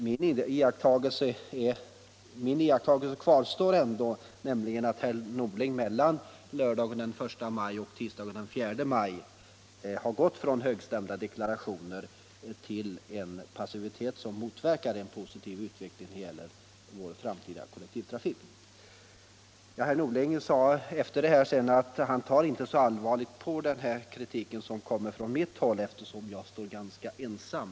Min iakttagelse kvarstår ändå, nämligen att herr Norling mellan lördagen den 1 maj och tisdagen den 4 maj har gått från högstämda deklarationer till en passivitet som motverkar en positiv utveckling när det gäller vår framtida kollektivtrafik. Herr Norling ansåg sig emellertid inte behöva ta så allvarligt på den här kritiken som kom från mitt håll, eftersom jag står ganska ensam.